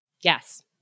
Yes